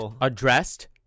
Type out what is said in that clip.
addressed